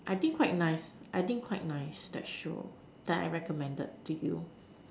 I think quite nice I think quite nice that show that I recommended to you